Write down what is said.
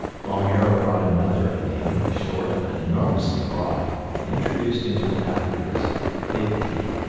long arrow brought another indian, short but enormously broad, and introduced him to the doctor as big teeth,